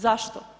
Zašto?